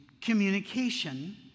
communication